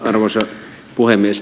arvoisa puhemies